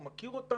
הוא מכיר אותה,